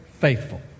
faithful